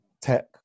tech